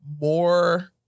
more